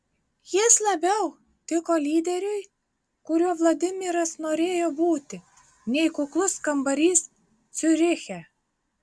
jis labiau tiko lyderiui kuriuo vladimiras norėjo būti nei kuklus kambarys ciuriche